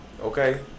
Okay